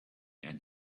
and